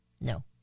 No